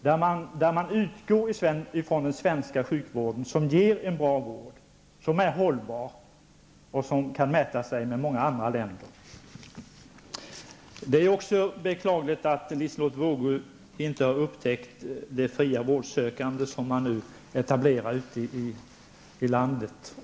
Man utgår i fråga om detta förändringsarbete från den svenska sjukvården, som ger en bra vård, som är hållbar och som kan mäta sig med sjukvården i många andra länder. Det är också beklagligt att Liselotte Wågö inte har upptäckt det fria vårdsökande som nu etableras ute i landet.